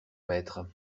maître